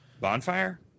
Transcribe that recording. bonfire